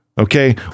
Okay